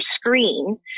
screen